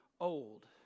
old